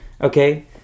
okay